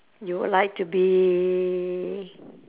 you would like to be